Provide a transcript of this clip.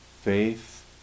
faith